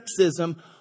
sexism